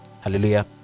hallelujah